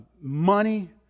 money